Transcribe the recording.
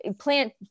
plant